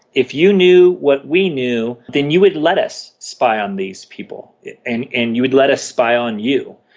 if you knew what we knew, then you would let us spy on these people and and you would let us spy on you,